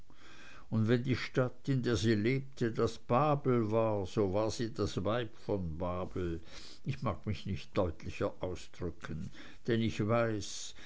und wenn die stadt in der sie lebte das babel war so war sie das weib von babel ich mag mich nicht deutlicher ausdrücken denn ich weiß